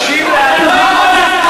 הוא לא למד לימודי ליבה,